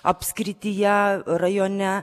apskrityje rajone